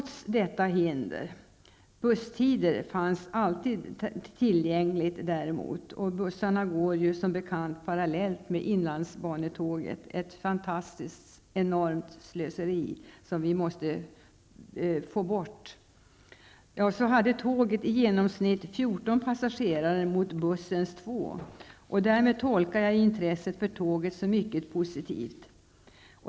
Däremot fanns alltid uppgifter om busstider tillgängliga, och bussarna går som bekant parallellt med inlandsbanetågen, ett enormt slöseri som vi måste få bort. Trots detta hinder hade tåget i genomsnitt 14 passagerare mot bussens 2. Därmed tolkar jag intresset för tåget som mycket positiv.